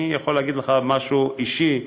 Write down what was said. אני יכול להגיד לך משהו אישי.